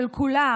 של כולם,